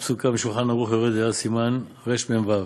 הלכה פסוקה ב"שולחן ערוך", סימן רמ"ו: